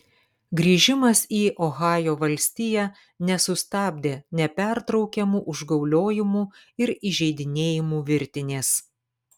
grįžimas į ohajo valstiją nesustabdė nepertraukiamų užgauliojimų ir įžeidinėjimų virtinės